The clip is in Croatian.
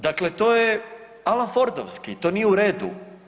Dakle, to je alanfordovski, to nije u redu.